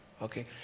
Okay